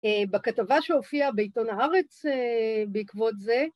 ‫בכתבה שהופיעה בעיתון הארץ ‫בעקבות זה.